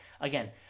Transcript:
Again